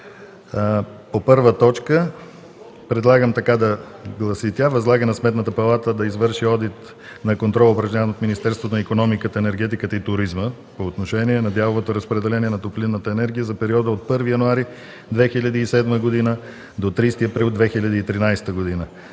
По първа точка, предлагам да гласи така: възлага на Сметната палата да извърши Одит на контрола, упражняван от Министерството на икономиката, енергетиката и туризма по отношение на дяловото разпределение на топлинната енергия за периода от 1 януари 2007 г. до 30 април 2013 г.